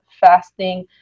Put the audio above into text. fasting